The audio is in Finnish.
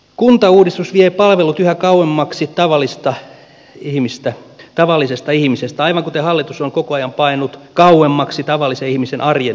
kuntauudistus vie palvelut yhä kauemmaksi tavallisesta ihmisestä aivan kuten hallitus on koko ajan paennut kauemmaksi tavallisen ihmisen arjen ymmärtämisestä